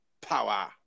power